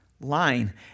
line